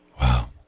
Wow